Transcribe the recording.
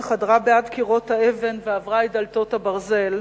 שחדרה בעד קירות האבן ועברה את דלתות הברזל,